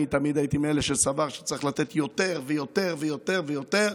אני תמיד הייתי מאלה שסברו שצריך לתת יותר ויותר ויותר ויותר,